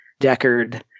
Deckard